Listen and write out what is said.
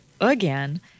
again